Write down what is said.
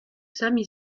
sommes